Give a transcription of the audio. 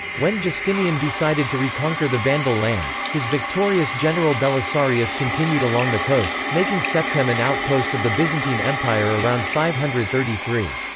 when justinian decided to reconquer the vandal lands, his victorious general belisarius continued along the coast, making septem an outpost of the byzantine empire around five hundred and thirty three.